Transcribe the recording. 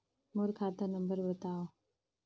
मोर खाता नम्बर बताव?